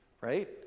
right